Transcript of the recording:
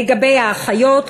לגבי האחיות,